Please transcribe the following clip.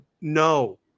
no